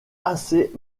assez